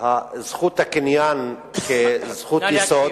זכות הקניין כזכות יסוד,